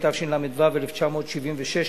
התשל"ו 1976,